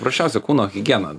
prasčiausia kūno higiena